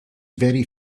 very